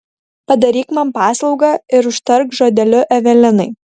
padaryk man paslaugą ir užtark žodeliu evelinai